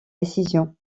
décisions